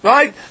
Right